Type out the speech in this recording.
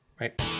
right